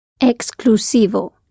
Exclusivo